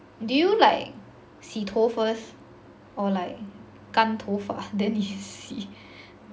do you like 洗头 first or like 干头发 then 你洗